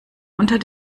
unter